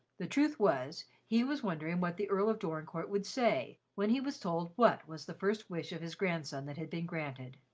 the truth was, he was wondering what the earl of dorincourt would say when he was told what was the first wish of his grandson that had been granted.